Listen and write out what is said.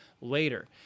later